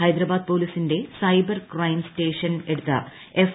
ഹൈദ്രാബാദ് പൊല്ലീസ്ടിന്റെ cyber crime station എടുത്ത F